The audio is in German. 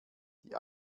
die